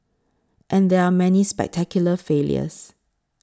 and there are many spectacular failures